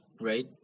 Right